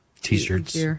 T-shirts